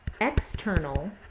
external